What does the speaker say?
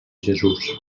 jesús